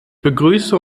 begrüße